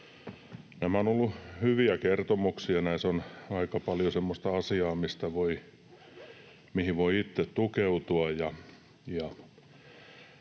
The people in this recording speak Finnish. Nämä ovat olleet hyviä kertomuksia, näissä on aika paljon semmoista asiaa, mihin voi itse tukeutua,